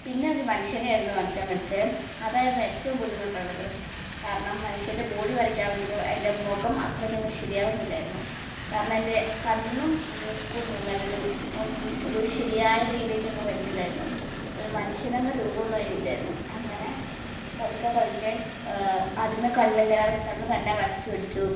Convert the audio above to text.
പിന്നെ ഒരു മനുഷ്യനെ ആയിരുന്നു വരയ്ക്കാൻ പഠിച്ചത് അതായിരുന്നു ഏറ്റവും ബുദ്ധിമുട്ട് ഉള്ളത് കാരണം മനുഷ്യൻ്റെ ബോഡി വരയ്ക്കാനാണെങ്കിലും അതിന്റെ മുഖം അത്രയ്ക്ക് അങ്ങ് ശരിയാവുന്നില്ലായിരുന്നു കാരണം അതിൻ്റെ കണ്ണും മൂക്കൊന്നും അങ്ങനെ ഒരു ഒരു ശരിയായ രീതിക്കങ്ങ് വരുന്നില്ലായിരുന്നു ഒരു മനുഷ്യനെന്ന രൂപമൊന്നും അതിനില്ലായിരുന്നു അങ്ങനെ പതുക്കെ പതുക്കെ ആദ്യമേ കണ്ണിങ്ങനെ കണ്ണ് തന്നെ വരച്ച് പഠിച്ചു